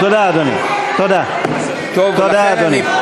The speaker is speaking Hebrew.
תודה, אדוני.